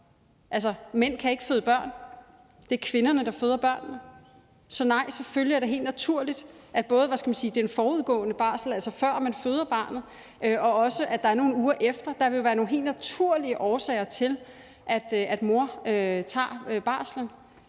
mænd kan ikke føde børn; det er kvinderne, der føder børnene. Så der er selvfølgelig, både når det drejer sig om den forudgående barsel, altså før man føder barnet, og også nogle uger efter, nogle helt naturlige årsager til, at moren tager barslen.